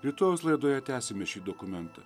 rytojaus laidoje tęsime šį dokumentą